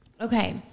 Okay